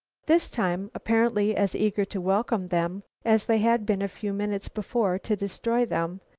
this time, apparently as eager to welcome them as they had been a few minutes before to destroy them,